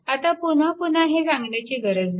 आता पुनः पुन्हा हे सांगण्याची गरज नाही